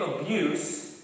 abuse